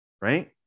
right